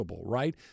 Right